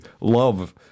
love